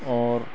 और